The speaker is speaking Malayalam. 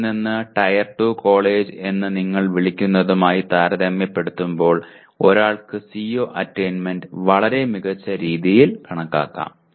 അതിൽ നിന്ന് ടയർ 2 കോളേജ് എന്ന് നിങ്ങൾ വിളിക്കുന്നതുമായി താരതമ്യപ്പെടുത്തുമ്പോൾ ഒരാൾക്ക് CO അറ്റയ്ന്മെന്റ് വളരെ മികച്ച രീതിയിൽ കണക്കാക്കാം